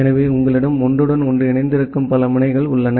எனவே உங்களிடம் ஒன்றுடன் ஒன்று இணைந்திருக்கும் பல முனைகள் உள்ளன